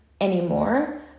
anymore